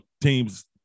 teams